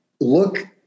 look